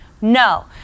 No